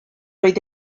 oedd